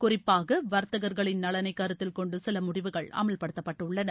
குறிப்பாக வர்த்தகர்களின் நலனைக் கருத்தில் கொண்டு சில முடிவுகள் அமல்படுத்தப்பட்டுள்ளன